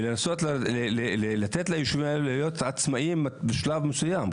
ולנסות לתת לישובים האלה להיות עצמאיים בשלב מסוים.